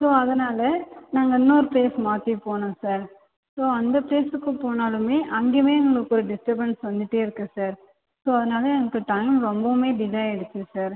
so அதனால் நாங்கள் இன்னொரு ப்ளேஸ் மாற்றி போனோம் சார் ஸோ அந்த ப்ளேஸுக்கு போனாலுமே அங்கேயுமே எங்களுக்கு ஒரு டிஸ்ட்டபன்ஸ் வந்துட்டே இருக்குது சார் ஸோ அதனால் எங்களுக்கு டைம் ரொம்பவுமே டிலே ஆகிடுச்சி சார்